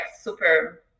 super